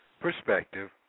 Perspective